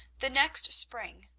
the next spring,